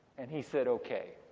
and he said, okay.